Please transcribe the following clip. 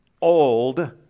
old